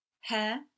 hair